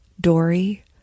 Dory